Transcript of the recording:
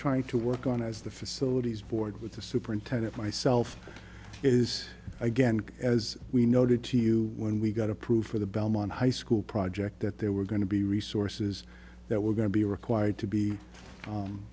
trying to work on as the facilities board with the superintendent myself is again as we noted to you when we got approved for the belmont high school project that there were going to be resources that were going to be required to be